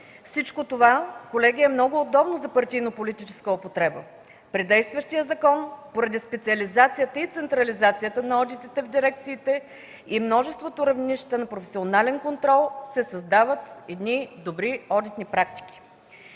Всичко това, колеги, е много удобно за партийно-политическа употреба. При действащия закон поради специализацията и централизацията на одитите в дирекциите и множеството равнища на професионален контрол се създават добри одитни практики.